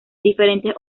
diferentes